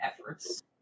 efforts